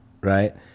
right